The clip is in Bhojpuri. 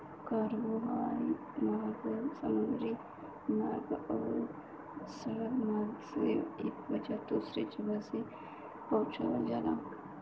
कार्गो हवाई मार्ग समुद्री मार्ग आउर सड़क मार्ग से एक जगह से दूसरे जगह पहुंचावल जाला